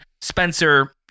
spencer